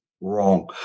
wrong